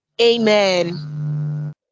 Amen